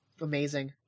amazing